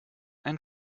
ein